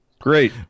Great